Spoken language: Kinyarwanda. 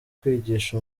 kwigisha